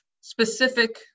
specific